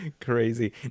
Crazy